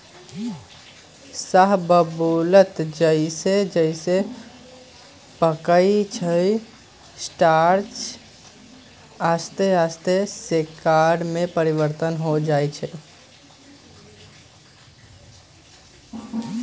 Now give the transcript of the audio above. शाहबलूत जइसे जइसे पकइ छइ स्टार्च आश्ते आस्ते शर्करा में परिवर्तित हो जाइ छइ